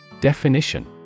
Definition